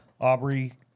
Aubrey